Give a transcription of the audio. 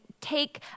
take